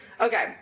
Okay